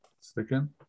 second